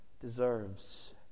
deserves